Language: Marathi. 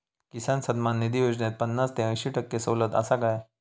किसान सन्मान निधी योजनेत पन्नास ते अंयशी टक्के सवलत आसा काय?